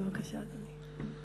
בבקשה, אדוני.